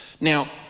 Now